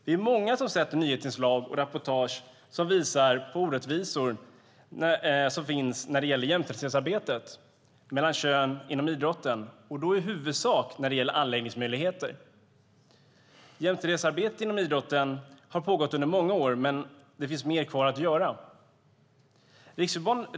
Vi är många som har sett nyhetsinslag och reportage som visar på de orättvisor som finns när det gäller jämställdhetsarbetet mellan kön inom idrotten, och då i huvudsak vad gäller anläggningsmöjligheter. Jämställdhetsarbetet inom idrotten har pågått under många år, men det finns mer kvar att göra.